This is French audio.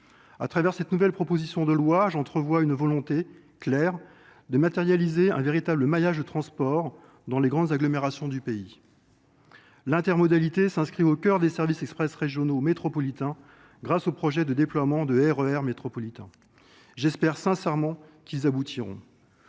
à travers cette nouvelle proposition de loi, j'entrevois une volonté claire de matérialiser un véritable maillage de transport dans les grandes agglomérations du pays. L'intermodalité s'inscrit au cœur des services express régionaux métropolitains grâce au projet de déploiement de R. E. R. métropolitains. Sincèrement qu'ils aboutiront,